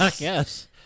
Yes